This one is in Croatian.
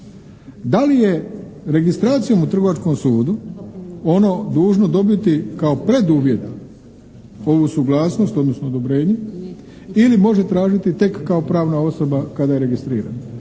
Da li je registracijom u trgovačkom sudu ono dužno dobiti kao preduvjet ovu suglasnost odnosno odobrenje ili može tražiti tek kao pravna osoba kada je registrirana.